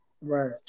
Right